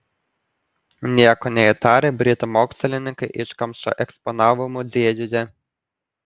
nieko neįtarę britų mokslininkai iškamšą eksponavo muziejuje